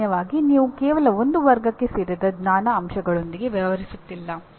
ಸಾಮಾನ್ಯವಾಗಿ ನೀವು ಕೇವಲ ಒಂದು ವರ್ಗಕ್ಕೆ ಸೇರಿದ ಜ್ಞಾನದ ಅಂಶಗಳೊಂದಿಗೆ ವ್ಯವಹರಿಸುತ್ತಿಲ್ಲ